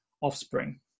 offspring